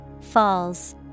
Falls